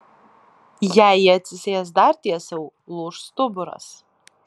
jei ji atsisės dar tiesiau lūš stuburas